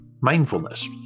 Mindfulness